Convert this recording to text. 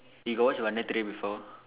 you got watch Vannathirai before